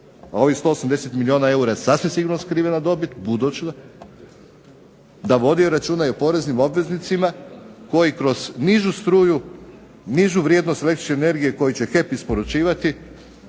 a ovih 180 milijuna eura je sasvim sigurno skrivena dobit, da vodi računa i o poreznim obveznicima koji kroz nižu struju, nižu vrijednost električne energije koju će HEP isporučivati